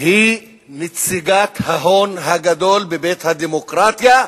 היא נציגת ההון הגדול בבית הדמוקרטיה,